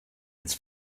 its